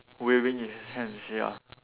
waving his hands ya